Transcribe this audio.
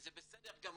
וזה בסדר גמור,